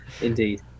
Indeed